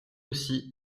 aussi